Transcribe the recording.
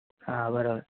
हो बरोबर